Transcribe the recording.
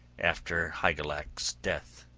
after hygelac's death.